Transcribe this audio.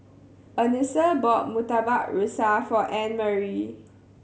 Anissa bought Murtabak Rusa for Annmarie